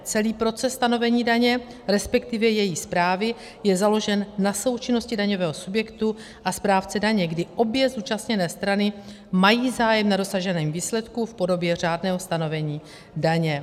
Celý proces stanovení daně, resp. její správy, je založen na součinnosti daňového subjektu a správce daně, kdy obě zúčastněné strany mají zájem na dosaženém výsledku v podobě řádného stanovení daně.